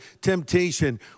temptation